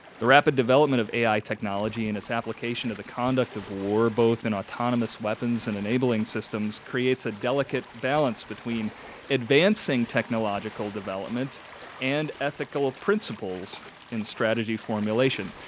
the rapid development of ai technology and its application of the conduct of war both in autonomous weapons and enabling systems creates a delicate balance between advancing technological developments and ethical principles in strategy formulation.